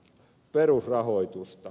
perusrahoitusta